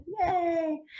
Yay